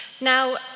Now